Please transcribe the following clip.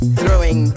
throwing